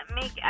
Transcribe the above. make